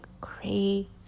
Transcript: crazy